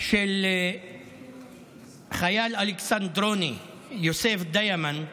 של חייל אלכסנדרוני יוסף דיאמנט